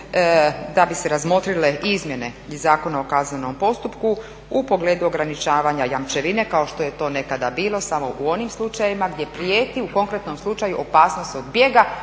da bi se razmotrile izmjene Zakona o kaznenom postupku u pogledu ograničavanja jamčevine kao što je to nekada bilo samo u onim slučajevima gdje prijeti u konkretnom slučaju opasnost od bijega,